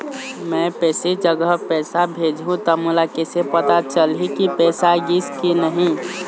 मैं भेजे जगह पैसा भेजहूं त मोला कैसे पता चलही की पैसा गिस कि नहीं?